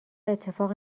اتفاق